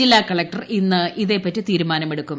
ജില്ലാ കളക്ടർ ഇന്ന് ഇതേപ്പറ്റി തീരുമാനമെടുക്കും